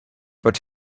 but